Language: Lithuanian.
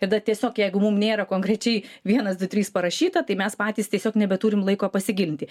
tada tiesiog jeigu mum nėra konkrečiai vienas du trys parašyta tai mes patys tiesiog nebeturim laiko pasigilinti